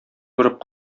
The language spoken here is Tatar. борып